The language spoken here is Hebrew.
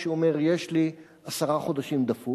כשהוא אומר: יש לי עשרה חודשים דפוק?